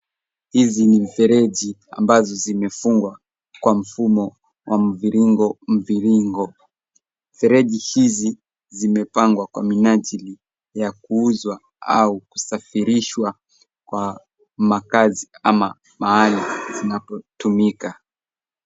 Hizi ni mifereji ambazo zimefungwa kwa mfumo wa mviringo mviringo. Fereji hizi zimepangwa kwa minajili ya kuuzwa au kusafirishwa kwa makazi ama mahali zinapotumika.